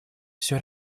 всё